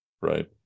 right